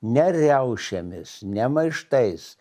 ne riaušėmis ne maištais